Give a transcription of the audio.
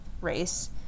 race